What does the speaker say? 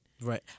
Right